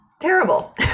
terrible